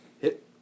hit